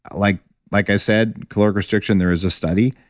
like like i said, caloric restriction, there is a study,